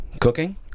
Cooking